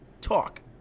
talk